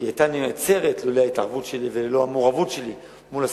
כי היא היתה נעצרת אילולא ההתערבות שלי וללא המעורבות שלי מול הסוכנות,